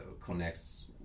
connects